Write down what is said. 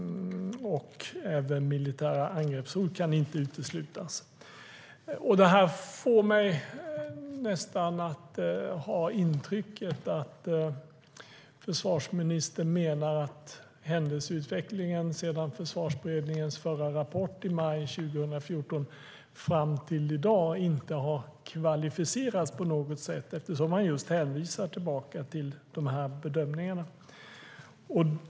Han säger även att militära angreppshot inte kan uteslutas. Det här ger mig nästan intrycket att försvarsministern menar att händelseutvecklingen sedan Försvarsberedningens förra rapport i maj 2014 fram till i dag inte har förändrats på något sätt eftersom han just hänvisar tillbaka till de bedömningarna.